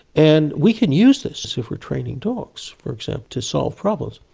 and we can use this this if we are training dogs, for example, to solve problems.